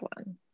one